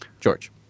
George